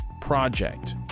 Project